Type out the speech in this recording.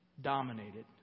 dominated